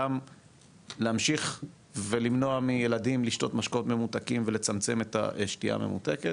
גם להמשיך ולמנוע מילדים לשתות משקאות ממותקים ולצמצם את השתייה הממותקת